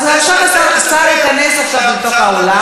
אז עכשיו השר ייכנס לאולם.